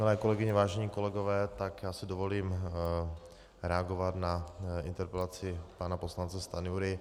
Milé kolegyně, vážení kolegové, tak já si dovolím reagovat na interpelaci pana poslance Stanjury.